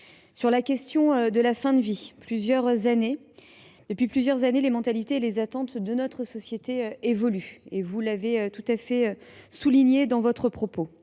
Sur la question de la fin de vie, depuis plusieurs années, les mentalités et les attentes de notre société évoluent. Vous l’avez souligné dans votre propos.